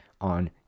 on